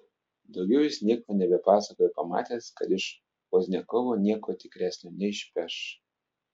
daugiau jis nieko nebepasakojo pamatęs kad iš pozdniakovo nieko tikresnio neišpeš